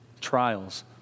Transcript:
trials